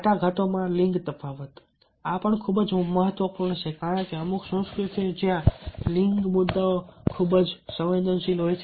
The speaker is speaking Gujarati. વાટાઘાટોમાં લિંગ તફાવત આ પણ ખૂબ ખૂબ જ મહત્વપૂર્ણ છે કારણ કે અમુક સંસ્કૃતિઓ છે જ્યાં લિંગ મુદ્દાઓ ખૂબ જ સંવેદનશીલ હોય છે